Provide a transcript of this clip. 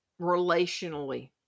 relationally